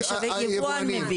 יבואן מביא.